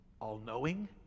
all-knowing